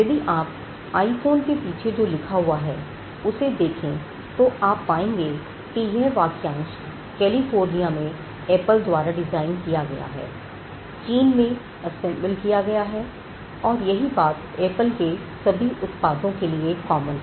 यदि आप आईफोन के पीछे जो लिखा हुआ है उसे देखें तो आप पाएंगे कि यह वाक्यांश कैलिफोर्निया में एप्पल द्वारा डिजाइन किया गया है चीन में असेंबल किया गया है और यही बात एप्पल के सभी उत्पादों के लिए कॉमन है